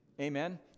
Amen